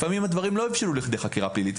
לפעמים הדברים לא הבשילו לכדי חקירה פלילית,